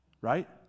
right